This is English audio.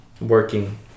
working